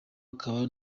akaba